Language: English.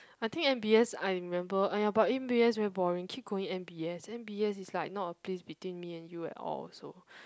I think m_b_s I remember !aiya! but m_b_s very boring keep going m_b_s m_b_s is like not a place between me and you at all also